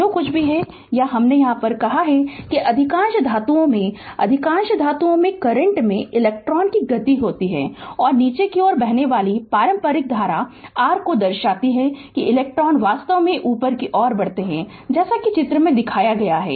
जो कुछ भी हमने भी कहा है कि अधिकांश धातुओं में अधिकांश धातुओं में करंट में इलेक्ट्रॉनों की गति होती है और नीचे की ओर बहने वाली पारंपरिक धारा r दर्शाती है कि इलेक्ट्रॉन वास्तव में ऊपर की ओर बढ़ते हैं जैसा कि चित्र में दिखाया गया है